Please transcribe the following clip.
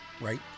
Right